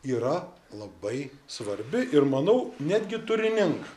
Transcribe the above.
yra labai svarbi ir manau netgi turininga